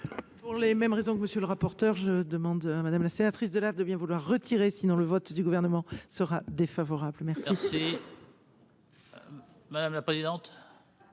Pour les mêmes raisons que monsieur le rapporteur, je demande à madame la sénatrice de l'air de bien vouloir retirer si dans le vote du Gouvernement sera défavorable, merci. Si. Madame la présidente,